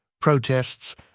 protests